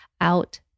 out